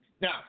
Now